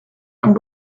and